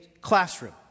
classroom